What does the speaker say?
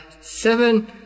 seven